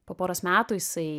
po poros metų jisai